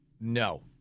No